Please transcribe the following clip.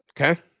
Okay